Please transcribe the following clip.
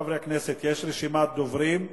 חברי חברי הכנסת, יש רשימת דוברים,